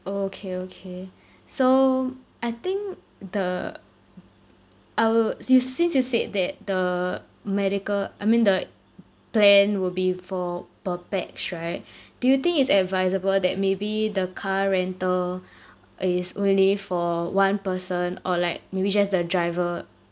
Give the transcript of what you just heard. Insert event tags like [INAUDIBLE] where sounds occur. okay okay so I think the [NOISE] I woulds you since you said that the medical I mean the [NOISE] plan will be for per pax right do you think it's advisable that maybe the car rental is only for one person or like maybe just the driver